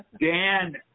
Dan